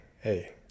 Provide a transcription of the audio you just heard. hey